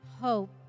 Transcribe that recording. hope